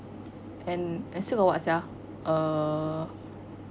and I still got what sia uh